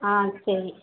ஆ சரி